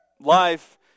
life